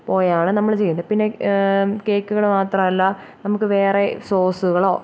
പോയാണ് നമ്മൾ ചെയ്യുന്നത് പിന്നെ കേക്കുകൾ മാത്രമല്ല നമുക്ക് വേറെ സോസുകളോ